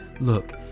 look